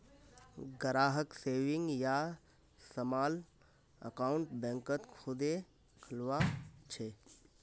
ग्राहक सेविंग या small account बैंकत खुदे खुलवा छे